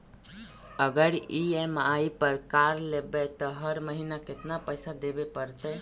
अगर ई.एम.आई पर कार लेबै त हर महिना केतना पैसा देबे पड़तै?